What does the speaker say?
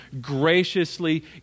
graciously